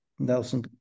Nelson